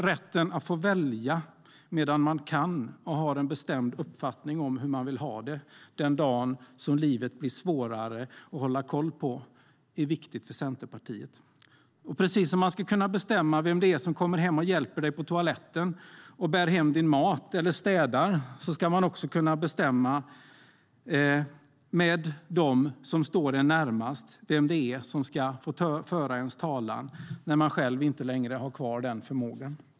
Rätten att få välja medan man kan och har en bestämd uppfattning om hur man vill ha det den dagen som livet blir svårare att hålla koll på är viktig för Centerpartiet. Precis som att man ska kunna bestämma vem det är som kommer hem och hjälper en på toaletten, bär hem ens mat eller städar ska man också kunna bestämma med dem som står en närmast vem som ska föra ens talan när man själv inte längre har kvar förmågan.